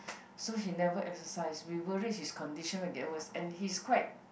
so he never exercise we worried his condition will get worst and he's quite